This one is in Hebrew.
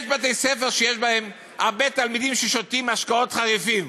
יש בתי-ספר שיש בהם הרבה תלמידים ששותים משקאות חריפים,